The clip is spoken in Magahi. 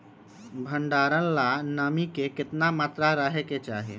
भंडारण ला नामी के केतना मात्रा राहेके चाही?